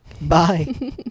bye